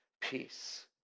peace